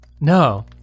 No